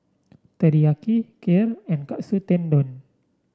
Teriyaki Kheer and Katsu Tendon